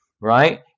right